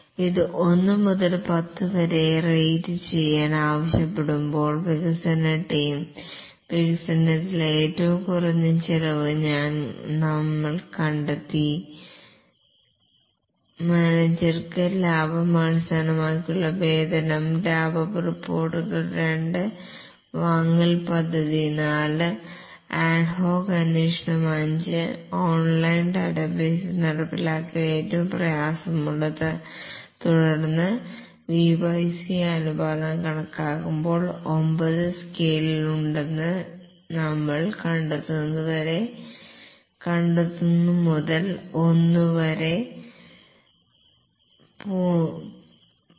ഇത് 1 മുതൽ 10 വരെ റേറ്റ് ചെയ്യാൻ ആവശ്യപ്പെടുമ്പോൾ വികസന ടീം വികസനത്തിന് ഏറ്റവും കുറഞ്ഞ ചിലവ് ഞാൻ കണ്ടെത്തി മാനേജർക്ക് ലാഭം അടിസ്ഥാനമാക്കിയുള്ള വേതനം ലാഭ റിപ്പോർട്ടുകൾ 2 വാങ്ങൽ പദ്ധതി 4 അഡ്ഹോക് അന്വേഷണം 5 ഓൺലൈൻ ഡാറ്റാബേസിൽ നടപ്പിലാക്കാൻ ഏറ്റവും പ്രയാസമുള്ളത് തുടർന്ന് വി ബൈ സി അനുപാതം കണക്കാക്കുമ്പോൾ 9 സ്കെയിൽ ഉണ്ടെന്ന് ഞങ്ങൾ കണ്ടെത്തുന്നു മുതൽ 1 വരെ 0